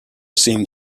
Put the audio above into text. seemed